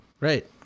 Right